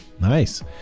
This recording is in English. Nice